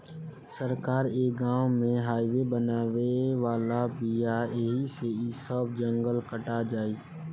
सरकार ए गाँव में हाइवे बनावे वाला बिया ऐही से इ सब जंगल कटा जाई